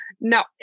No